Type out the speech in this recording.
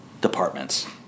departments